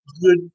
good